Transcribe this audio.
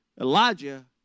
Elijah